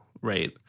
Right